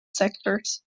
sectors